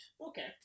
Okay